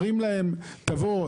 אומרים להם "תבוא,